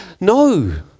no